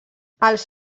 els